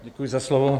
Děkuji za slovo.